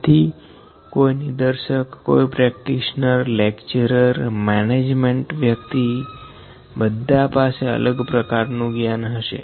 તેથી કોઈ નીદર્શકકોઈ પ્રેક્ટિસનર લેક્ચરર મેનેજમેન્ટ વ્યક્તિ બધા પાસે અલગ પ્રકારનું જ્ઞાન હશે